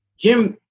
jim,